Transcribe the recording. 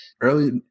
early